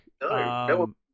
No